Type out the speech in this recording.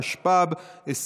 התשפ"ב 2022,